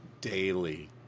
daily